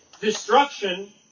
destruction